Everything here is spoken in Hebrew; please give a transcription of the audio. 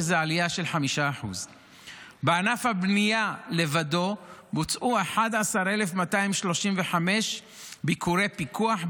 שזו עלייה של 5%; בענף הבנייה לבדו בוצעו 11,235ביקורי פיקוח,